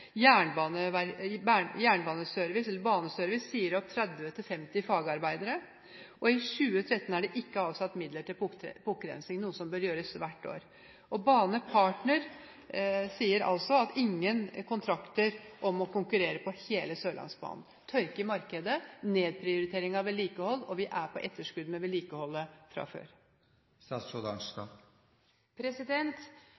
Baneservice sier opp 30 til 50 fagarbeidere, og i 2013 er det ikke avsatt midler til pukkrensing, noe som bør gjøres hvert år. Banepartner sier altså at de har ingen kontrakter å konkurrere om på hele Sørlandsbanen. Tørke i markedet, nedprioritering av vedlikehold, og vi er på etterskudd med vedlikeholdet fra